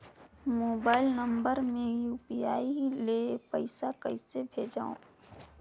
Mobile number मे UPI ले पइसा कइसे भेजवं?